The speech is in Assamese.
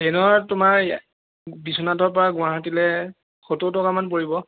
ট্ৰেনত তোমাৰ বিশ্বনাথৰ পৰা গুৱাহাটীলৈ সত্তৰ টকামান পৰিব